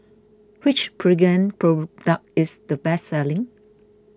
which Pregain product is the best selling